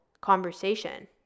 conversation